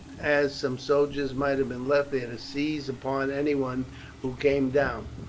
as some soldiers might have been left there to seize upon any one who came down,